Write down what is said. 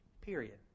period